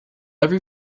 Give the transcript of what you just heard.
every